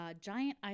giant